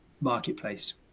marketplace